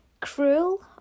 Cruel